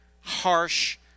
harsh